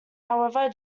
however